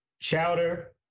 chowder